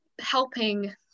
helping